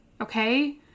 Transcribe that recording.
Okay